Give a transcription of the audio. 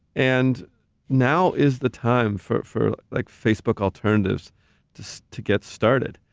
and now is the time for for like facebook alternatives to so to get started.